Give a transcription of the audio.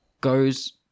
goes